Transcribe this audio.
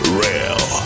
real